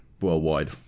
worldwide